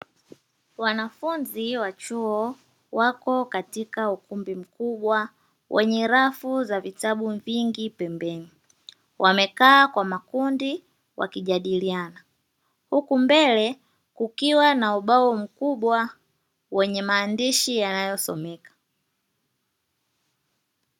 Wanafunzi wa chuo, wako katika ukumbi mkubwa wenye rafu za vitabu vingi pembeni, wamekaa kwa makundi wakijadiliana, huku mbele kukiwa na ubao mkubwa wenye maandishi yanayosomeka.